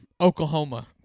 Oklahoma